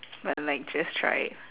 but like just try it